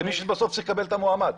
היא זאת שבסוף צריכה לקבל את המועמד.